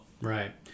Right